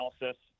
analysis